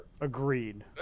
Agreed